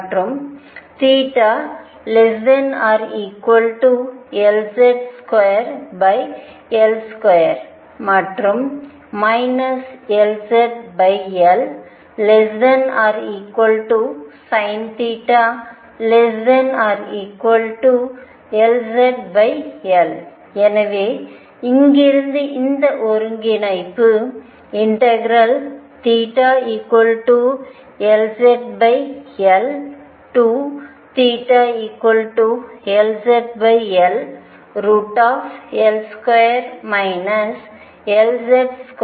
மற்றும் θ≥Lz2L2 மற்றும் LzL≤sinθ≤LzLஎனவே இங்கிருந்து இந்த ஒருங்கிணைப்பு θ L2 Lz2 dθ